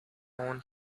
own